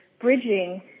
bridging